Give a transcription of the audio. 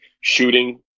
shooting